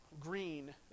green